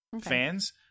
fans